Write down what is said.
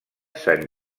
sant